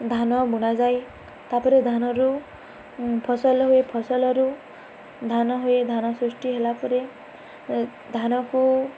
ଧାନ ବୁଣାଯାଏ ତା'ପରେ ଧାନରୁ ଫସଲ ହୁଏ ଫସଲରୁ ଧାନ ହୁଏ ଧାନ ସୃଷ୍ଟି ହେଲା ପରେ ଧାନକୁ